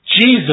Jesus